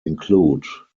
include